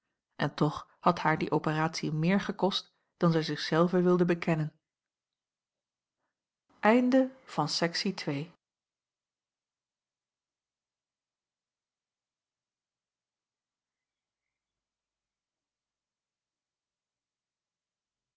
en toch had haar die operatie meer gekost dan zij zich zelve wilde bekennen a